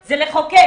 הוא לחוקק.